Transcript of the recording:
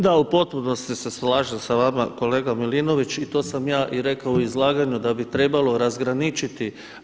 Da u potpunosti se slažem sa vama kolega Milinović i to sam ja i rekao u izlaganju da bi trebalo razgraničiti.